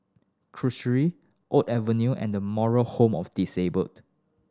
Oak Avenue and The Moral Home of Disabled